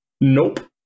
Nope